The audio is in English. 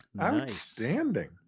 Outstanding